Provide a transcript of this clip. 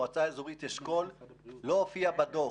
מועצה אזורית אשכול לא הופיעה בדוח.